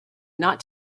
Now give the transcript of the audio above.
not